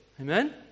Amen